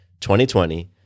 2020